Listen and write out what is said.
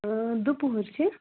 دُ پۅہر چھِ